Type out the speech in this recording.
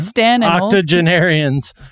octogenarians